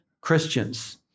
Christians